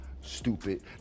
Stupid